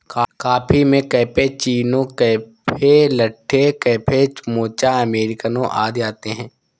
coffee में cappuccino, cafe latte, cafe mocha, अमेरिकनों आदि आते है